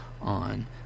on